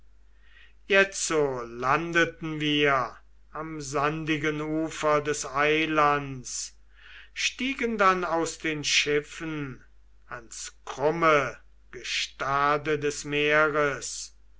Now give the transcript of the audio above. jetzo landeten wir am sandigen ufer des eilands stiegen dann aus dem schiff ans krumme gestade des meeres